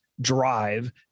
drive